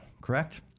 correct